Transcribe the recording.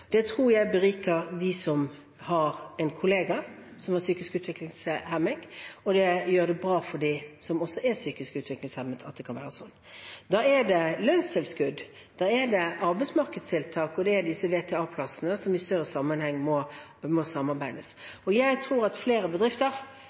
Det tror jeg beriker dem som har en kollega med psykisk utviklingshemning, og at det kan være sånn, er også bra for dem som er psykisk utviklingshemmet. Da er det lønnstilskudd, arbeidsmarkedstiltak og disse VTA-plassene som det i en større sammenheng må samarbeides